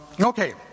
Okay